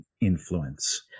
influence